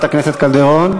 חברת הכנסת קלדרון,